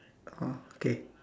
oh K